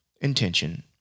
intention